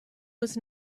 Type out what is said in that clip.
was